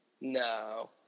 No